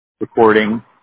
recording